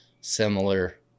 similar